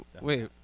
Wait